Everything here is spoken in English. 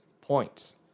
points